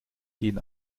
gehen